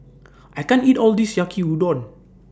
I can't eat All of This Yaki Udon